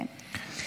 אני מסיימת.